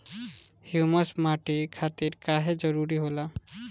Humus माटी खातिर काहे जरूरी होला?